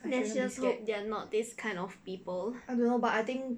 I shouldn't be scared I don't know but I think